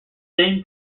same